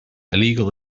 illegal